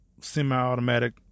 semi-automatic